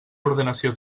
ordenació